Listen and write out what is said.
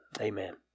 amen